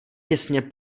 těsně